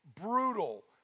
brutal